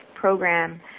program